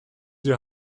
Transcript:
your